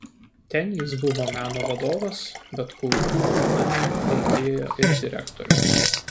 ten jis buvo meno vadovas bet kultūrnamiui reikėjo ir direktoriaus